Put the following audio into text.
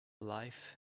life